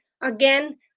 again